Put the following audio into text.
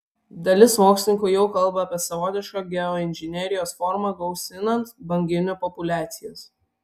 dalis mokslininkų jau kalba apie savotišką geoinžinerijos formą gausinant banginių populiacijas